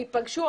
תיפגשו.